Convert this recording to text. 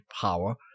power